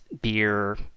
beer